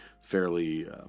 fairly